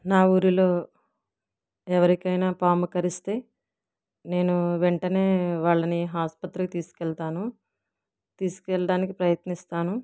నా ఊరిలో ఎవరికైనా పాము కరిస్తే నేను వెంటనే వాళ్ళని ఆసుపత్రికి తీసుకువెళ్తాను తీసుకెళ్ళడానికి ప్రయత్నిస్తాను